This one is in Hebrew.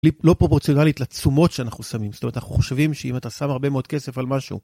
לא פרופורציונלית לתשומות שאנחנו שמים, זאת אומרת אנחנו חושבים שאם אתה שם הרבה מאוד כסף על משהו